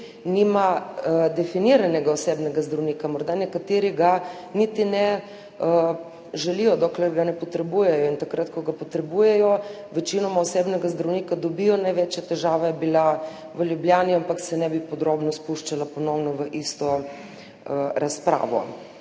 nima definiranega osebnega zdravnika. Morda ga nekateri niti ne želijo, dokler ga ne potrebujejo. In takrat ko ga potrebujejo, večinoma osebnega zdravnika dobijo. Največja težava je bila v Ljubljani, ampak se ne bi podrobno spuščala ponovno v isto razpravo.